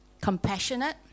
compassionate